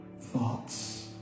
thoughts